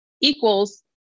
equals